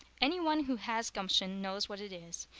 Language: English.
any one who has gumption knows what it is,